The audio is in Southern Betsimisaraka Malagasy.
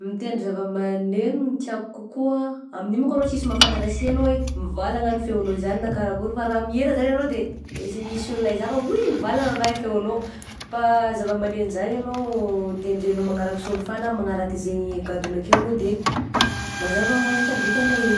Mitendry zavamaneno no tiako kokoa, amin'io manko arô sisy mahafantatra sy anao hoe mivalagna any feonao izagny, na karakory, fa raha mihira zany anao de mety misy olona hizaka woi mivalagna anga ny feonao, fa zavamaneno zany anao tendrena manaraka solfa na manaraka zegny gadona akeo anao de mazava hoazy fa vitanao igny.